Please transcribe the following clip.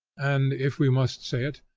and, if we must say it,